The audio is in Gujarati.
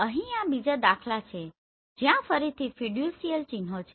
અહીં આ બીજા દાખલા છે જ્યાં ફરીથી ફિડ્યુસીયલ ચિહ્નો છે